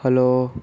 hello